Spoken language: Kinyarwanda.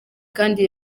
kandi